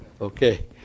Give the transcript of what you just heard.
Okay